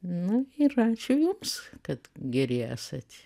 na ir ačiū jums kad geri esat